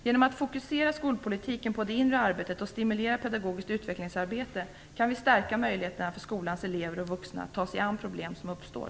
Genom att fokusera skolpolitiken på det inre arbetet och stimulera pedagogiskt utvecklingsarbete kan vi stärka möjligheterna för skolans elever och vuxna att ta sig an problem som uppstår.